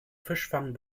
fischfang